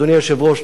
אדוני היושב-ראש,